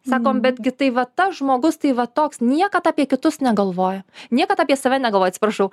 sakom betgi tai va tas žmogus tai va toks niekad apie kitus negalvoja niekad apie save negalvoja atsiprašau